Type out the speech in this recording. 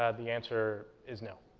ah the answer is no.